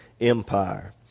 Empire